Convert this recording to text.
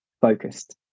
focused